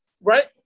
right